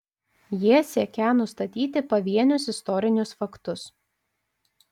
jie siekią nustatyti pavienius istorinius faktus